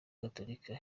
gatulika